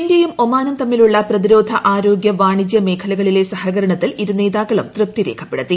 ഇന്ത്യയും ഒമാനും തമ്മിലുളള പ്രതിരോധ ആരോഗ്യ വാണിജ്യ മേഖലകളിലെ സഹകരണത്തിൽ ഇരു നേതാക്കളും തൃപ്തി രേഖപ്പെടുത്തി